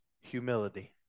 humility